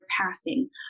passing